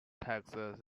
texas